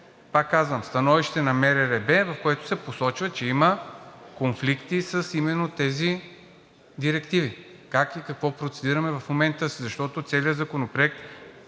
пак казвам, становище на МРРБ, в което се посочва, че има конфликти именно с тези директиви? Как и какво процедираме в момента, защото целият законопроект